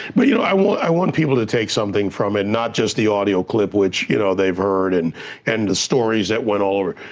but you know i want i want people to take something from it, not just the audio clip which you know they've heard and and the stories that went all over.